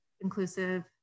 inclusive